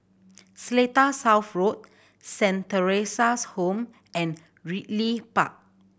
Seletar South Road Saint Theresa's Home and Ridley Park